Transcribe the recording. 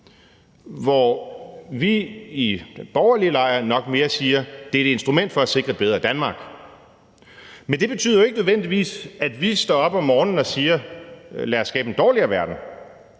mens vi i den borgerlige lejr nok mere siger, at det er et instrument for at sikre et bedre Danmark. Men det betyder jo ikke nødvendigvis, at vi står op om morgenen og siger: Lad os skabe en dårligere verden.